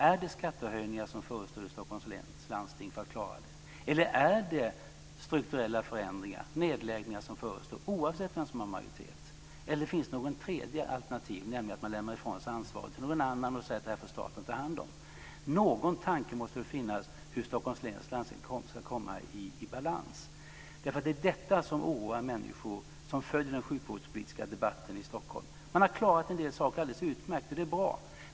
Är det skattehöjningar som förestår i Stockholms läns landsting för att man ska klara detta, eller är det strukturella förändringar, nedläggningar, som förestår oavsett vem som har majoritet? Eller finns det något tredje alternativ, nämligen att man lämnar ifrån sig ansvaret till någon annan och säger att det här får staten ta hand om? Någon tanke måste väl finnas om hur Stockholms läns landsting ska komma i balans. Det är detta som oroar människor som följer den sjukvårdspolitiska debatten i Stockholm. Man har klarat en del saker alldeles utmärkt. Det är bra.